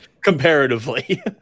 Comparatively